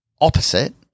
opposite